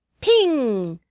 ping!